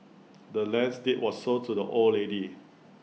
the land's deed was sold to the old lady